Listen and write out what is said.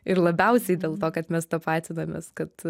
ir labiausiai dėl to kad mes tapatinamės kad